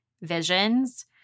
visions